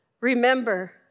Remember